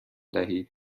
دهید